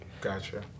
gotcha